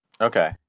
Okay